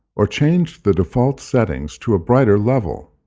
or change the default settings to a brighter level.